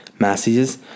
Messages